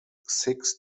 six